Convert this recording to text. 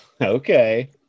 Okay